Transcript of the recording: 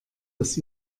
dass